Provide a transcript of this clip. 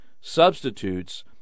substitutes